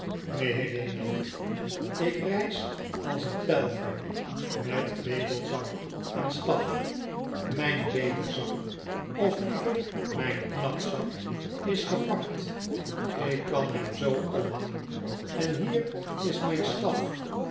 neen helena lief ik reis als een pelgrim met bedelzak en staf mijn bedelzak of liever mijn knapzak is gepakt ik kan hem zoo omhangen en hier is mijn staf